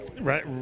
Right